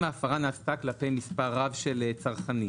אם ההפרה נעשתה כלפי מס' רב של צרכנים.